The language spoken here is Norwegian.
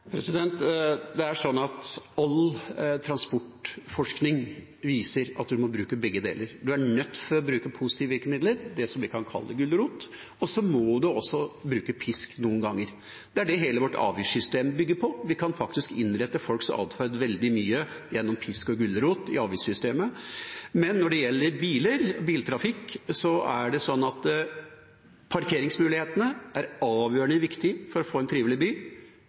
transportforskning viser at en må bruke begge deler. En er nødt til å bruke positive virkemidler, det vi kan kalle gulrot, og så må en også bruke pisk noen ganger. Det er det hele vårt avgiftssystem bygger på. Vi kan faktisk innrette folks atferd veldig mye gjennom pisk og gulrot i avgiftssystemet. Men når det gjelder biler og biltrafikk, er det parkeringsmulighetene som er avgjørende viktig for å få en trivelig by,